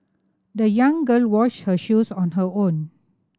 the young girl washed her shoes on her own